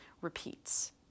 repeats